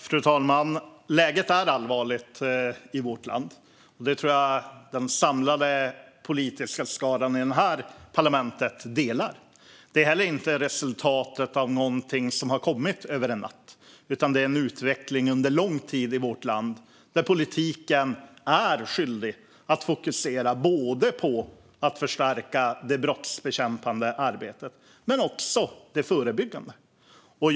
Fru talman! Läget är allvarligt i vårt land. Den uppfattningen tror jag att den samlade politiska skaran i detta parlament delar. Detta är inte någonting som har kommit över en natt, utan det är en utveckling som har pågått under en lång tid i vårt land. Politiken är skyldig att fokusera på att förstärka både det brottsbekämpande arbetet och det förebyggande arbetet.